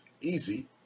easy